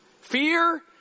fear